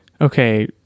okay